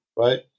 right